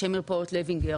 בשם מרפאות לוינגר.